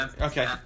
okay